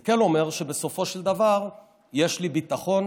זה כן אומר שבסופו של דבר יש לי ביטחון